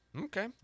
Okay